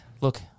look